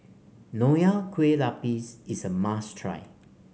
Nonya Kueh Lapis is a must try